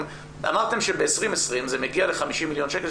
אמרתם שב-2020 זה מגיע ל-50 מיליון שקל,